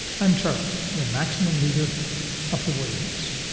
i am charles, the maximum leader of the worthy house.